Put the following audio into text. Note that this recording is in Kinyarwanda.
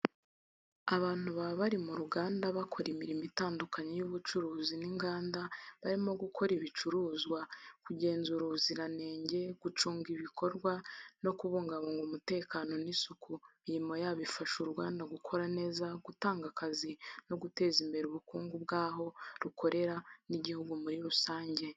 Abantu baba bari mu ruganda bakora imirimo itandukanye y’ubucuruzi n’inganda, harimo gukora ibicuruzwa, kugenzura ubuziranenge, gucunga ibikorwa, no kubungabunga umutekano n’isuku. Imirimo yabo ifasha uruganda gukora neza, gutanga akazi, no guteza imbere ubukungu bw’aho rukorera n'igihugu muri rusange.